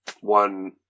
one